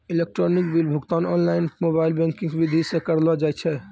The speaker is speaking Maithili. इलेक्ट्रॉनिक बिल भुगतान ओनलाइन मोबाइल बैंकिंग विधि से करलो जाय छै